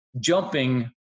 jumping